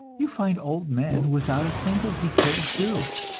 you find old men without a single decayed tooth.